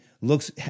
looks